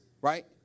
right